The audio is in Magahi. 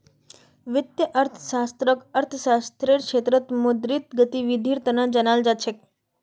वित्तीय अर्थशास्त्ररक अर्थशास्त्ररेर क्षेत्रत मौद्रिक गतिविधीर तना जानाल जा छेक